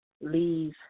leave